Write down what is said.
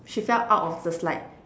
she fell out of the slide